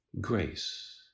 grace